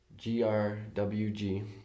GRWG